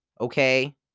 Okay